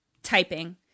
typing